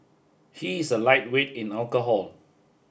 he is a lightweight in alcohol